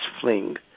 fling